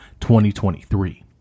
2023